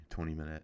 20-minute